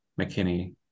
McKinney